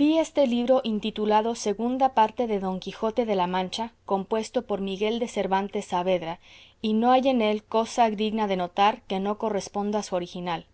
vi este libro intitulado segunda parte de don quijote de la mancha compuesto por miguel de cervantes saavedra y no hay en él cosa digna de notar que no corresponda a su original